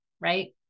right